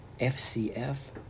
FCF